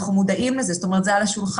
אנחנו מודעים לזה, זאת אומרת זה על השולחן.